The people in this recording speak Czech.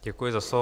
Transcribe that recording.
Děkuji za slovo.